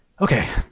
okay